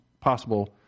possible